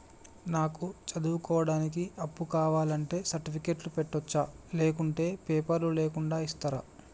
నాకు చదువుకోవడానికి అప్పు కావాలంటే సర్టిఫికెట్లు పెట్టొచ్చా లేకుంటే పేపర్లు లేకుండా ఇస్తరా?